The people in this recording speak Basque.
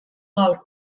gaur